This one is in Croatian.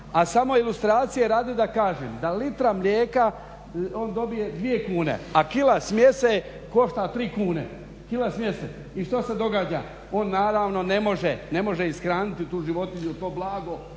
A samo ilustracije radi da kažem da litra mlijeka dobije dvije kune, a kila smjese košta tri kune, kila smjese. I što se događa? On naravno ne može ishraniti tu životinju, to blago